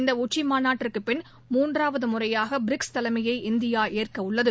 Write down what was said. இந்தஉச்சிமாநாட்டுக்குப் பின் மூன்றாவதுமுறையாகபிரிக்ஸ் தலைமையை இந்தியாஏற்கவுள்ளது